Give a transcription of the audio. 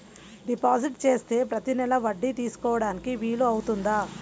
Deposit చేస్తే ప్రతి నెల వడ్డీ తీసుకోవడానికి వీలు అవుతుందా?